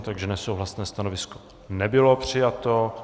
Takže nesouhlasné stanovisko nebylo přijato.